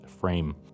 frame